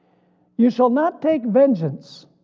you shall not take vengeance,